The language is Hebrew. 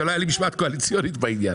לא הייתה לי משמעת קואליציונית בעניין.